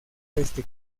este